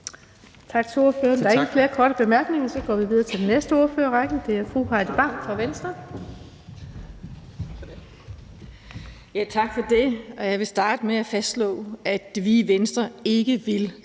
Tak for det. Jeg vil starte med at fastslå, at vi i Venstre ikke vil